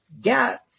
get